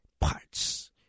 parts